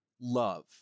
love